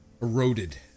eroded